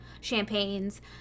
champagnes